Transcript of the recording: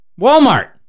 Walmart